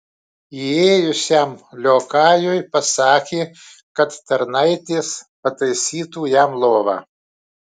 įėjusiam liokajui pasakė kad tarnaitės pataisytų jam lovą